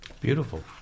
Beautiful